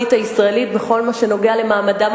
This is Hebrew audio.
עכשיו למגזר הערבי.